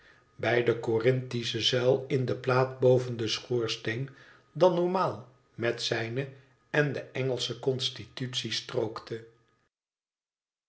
bij de corintische zuil in de plaat boven den schoorsteen dan normaal met zijne en de engelsche constitutie strookte